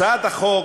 הצעת החוק